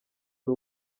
ari